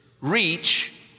reach